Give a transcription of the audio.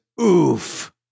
Oof